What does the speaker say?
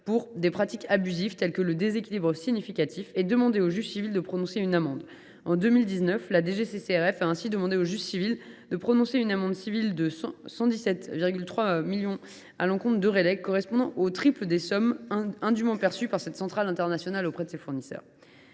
pour des pratiques abusives, telles que le déséquilibre significatif, et demander au juge civil de prononcer une amende. En 2019, la DGCCRF a ainsi demandé au juge de prononcer une amende civile de 117,3 millions d’euros à l’encontre d’Eurelec, une somme correspondant au triple des sommes indûment perçues par cette centrale internationale auprès de ses fournisseurs.